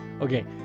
Okay